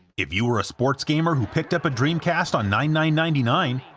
if you were a sports gamer who picked up a dreamcast on nine nine ninety nine,